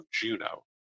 Juno